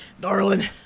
darling